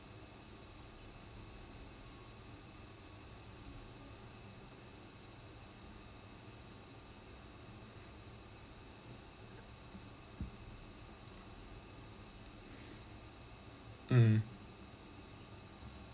mm